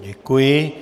Děkuji.